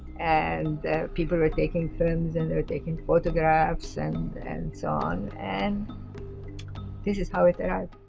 and people were taking turns and they were taking photographs and and so on. and this is how it arrived.